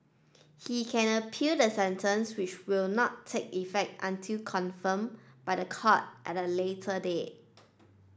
he can appeal the sentence which will not take effect until confirmed by the court at a later date